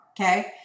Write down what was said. Okay